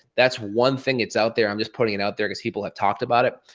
that's one thing, it's out there. i'm just putting it out there cause people have talked about it,